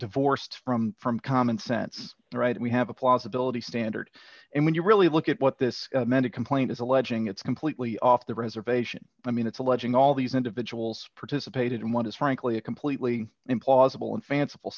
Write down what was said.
divorced from common sense and right we have a plausibility standard and when you really look at what this meant a complaint is alleging it's completely off the reservation i mean it's alleging all these individuals participated in what is frankly a completely implausible and fanciful